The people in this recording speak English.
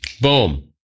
boom